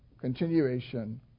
continuation